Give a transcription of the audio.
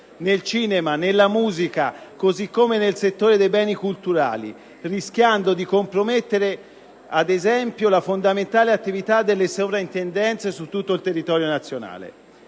sul cinema, sulla musica, così come sul settore dei beni culturali, rischiando di compromettere, ad esempio, la fondamentale attività delle soprintendenze su tutto il territorio nazionale.